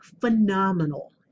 phenomenal